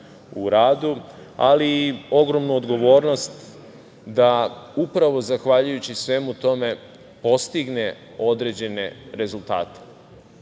u radu, ali i ogromnu odgovornost da upravo zahvaljujući svemu tome postigne određene rezultate,